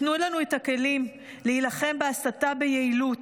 תנו לנו את הכלים להילחם בהסתה ביעילות.